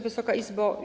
Wysoka Izbo!